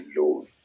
alone